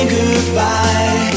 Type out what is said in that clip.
goodbye